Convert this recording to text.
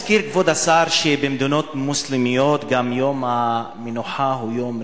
הזכיר כבוד השר שגם במדינות מוסלמיות יום המנוחה הוא יום ראשון,